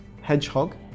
hedgehog